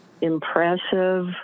impressive